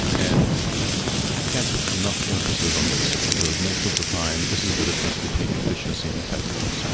and i can't put enough emphasis on this, because most of the time this is the difference between efficiency and effectiveness, um